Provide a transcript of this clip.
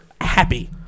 happy